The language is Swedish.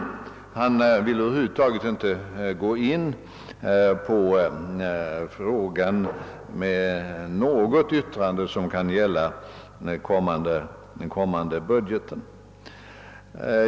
Han vill över huvud taget inte gå in på frågan med något yttrande som kan gälla den kommande budgeten.